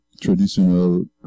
traditional